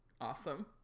awesome